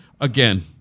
again